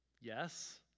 Yes